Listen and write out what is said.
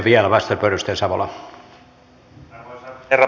arvoisa herra puhemies